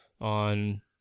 on